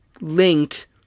linked